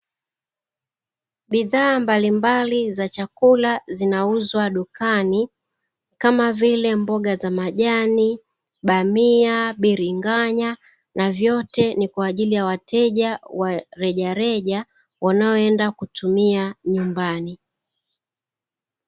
Bidhaa mbalimbali za chakula zinauzwa dukani kama vile mboga za majani, bamia, biringanya na vyote ni kwa ajili ya wateja rejareja wanaoenda kutumia nyumbani.